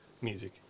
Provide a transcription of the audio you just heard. music